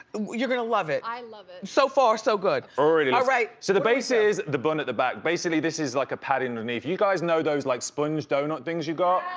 you're gonna love it. i love it. so far, so good. alrighty. all right. so the base is the bun at the back, basically this is like a padding underneath. you guys know those like sponge donut things you got?